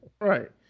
Right